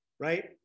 Right